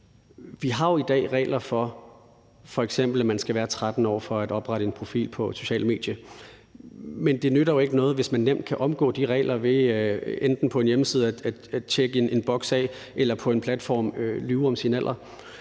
vi har i dag f.eks. regler om, at man skal være 13 år for at oprette en profil på et socialt medie, men det nytter jo ikke noget, hvis man nemt kan omgå de regler ved enten på en hjemmeside at krydse en boks af eller på en platform at lyve om sin alder.